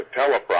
teleprompter